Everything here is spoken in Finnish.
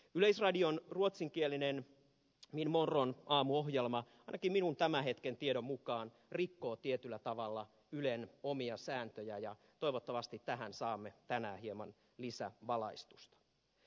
yleisradion ruotsinkielinen min morgon aamuohjelma ainakin minun tämän hetken tietoni mukaan rikkoo tietyllä tavalla ylen omia sääntöjä ja toivottavasti tähän saamme tänään hieman lisävalaistusta